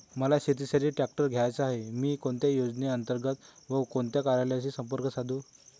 मला शेतीसाठी ट्रॅक्टर घ्यायचा आहे, मी कोणत्या योजने अंतर्गत व कोणत्या कार्यालयाशी संपर्क साधू?